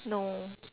no